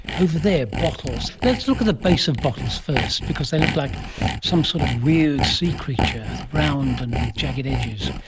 over there, bottles. let's look at the base of bottles first because they look like some sort of weird sea creature, round and with jagged edges.